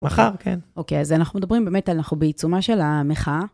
מחר, כן. אוקיי, אז אנחנו מדברים באמת, אנחנו בעיצומה של המחאה.